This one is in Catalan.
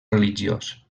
religiós